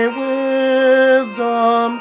wisdom